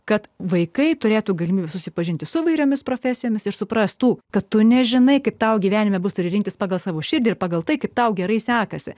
kad vaikai turėtų galimybę susipažinti su įvairiomis profesijomis ir suprastų kad tu nežinai kaip tau gyvenime bus turi rinktis pagal savo širdį ir pagal tai kaip tau gerai sekasi